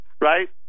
right